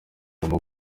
guma